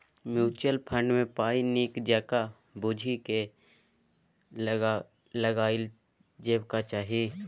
mutual fund मे पाइ नीक जकाँ बुझि केँ लगाएल जेबाक चाही